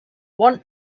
want